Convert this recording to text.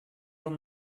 will